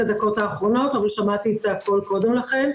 הדקות האחרונות אבל שמעתי הכול קודם לכן.